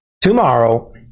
tomorrow